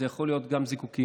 זה יכול להיות גם זיקוקים,